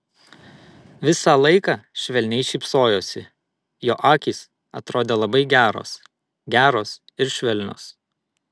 visą laiką švelniai šypsojosi jo akys atrodė labai geros geros ir švelnios